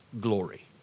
glory